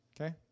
Okay